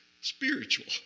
Spiritual